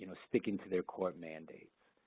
you know sticking to their court mandates.